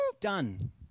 done